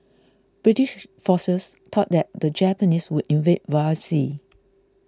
British forces thought that the Japanese would invade via sea